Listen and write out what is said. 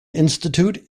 institute